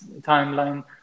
timeline